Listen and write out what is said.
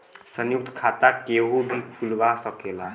संयुक्त खाता केहू भी खुलवा सकेला